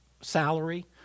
salary